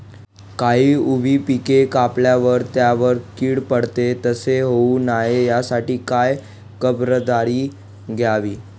काही उभी पिके कापल्यावर त्यावर कीड पडते, तसे होऊ नये यासाठी काय खबरदारी घ्यावी?